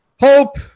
hope